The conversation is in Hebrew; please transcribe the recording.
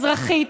אזרחית,